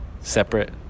separate